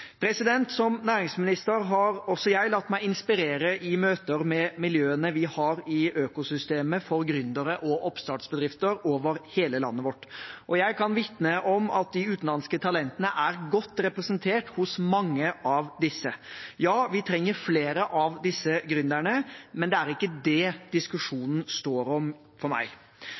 Som næringsminister har også jeg latt meg inspirere i møter med miljøene vi har i økosystemet for gründere og oppstartsbedrifter over hele landet vårt, og jeg kan vitne om at de utenlandske talentene er godt representert hos mange av disse. Ja, vi trenger flere av disse gründerne, men det er ikke det diskusjonen står om for meg.